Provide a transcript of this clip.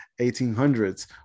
1800s